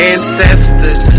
Ancestors